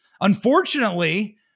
Unfortunately